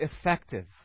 effective